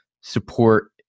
support